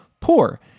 poor